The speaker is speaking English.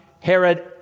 Herod